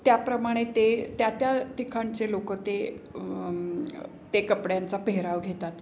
त्याप्रमाणे ते त्या त्या ठिकाणचे लोक ते ते कपड्यांचा पेहराव घेतात